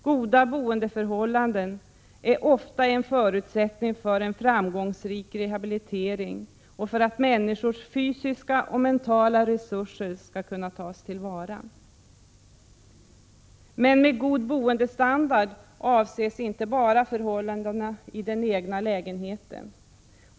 Goda boendeförhållanden är ofta en förutsättning för en framgångsrik rehabilitering och för att människors fysiska och mentala resurser skall kunna tas till vara. Men med en god boendestandard avses inte bara förhållandena i den egna lägenheten.